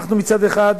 אנחנו, מצד אחד,